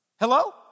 Hello